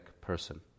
person